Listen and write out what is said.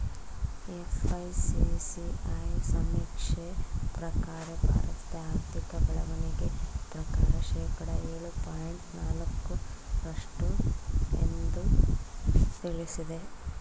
FICCI ಸಮೀಕ್ಷೆ ಪ್ರಕಾರ ಭಾರತದ ಆರ್ಥಿಕ ಬೆಳವಣಿಗೆ ಪ್ರಕಾರ ಶೇಕಡ ಏಳು ಪಾಯಿಂಟ್ ನಾಲಕ್ಕು ರಷ್ಟು ಎಂದು ತಿಳಿಸಿದೆ